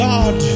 God